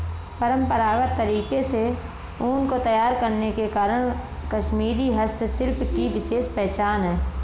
परम्परागत तरीके से ऊन को तैयार करने के कारण कश्मीरी हस्तशिल्प की विशेष पहचान है